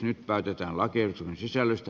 nyt päätetään lakiehdotuksen sisällöstä